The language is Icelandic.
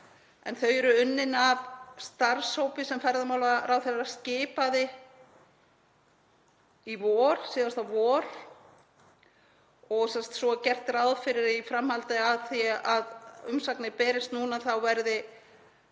Þau eru unnin af starfshópi sem ferðamálaráðherra skipaði síðasta vor og svo er gert ráð fyrir að í framhaldi af því að umsagnir berist núna þá verði